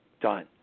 done